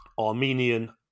Armenian